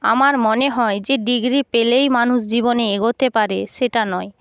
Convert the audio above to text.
আমার মনে হয় যে ডিগ্রি পেলেই মানুষ জীবনে এগোতে পারে সেটা নয়